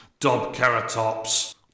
Dobkeratops